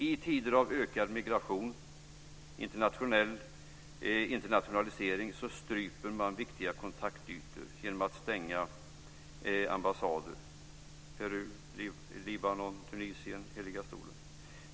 I tider av ökad migration och internationalisering stryper man viktiga kontaktytor genom att stänga ambassader i Peru, Libanon, Tunisien och Heliga stolen.